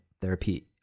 therapy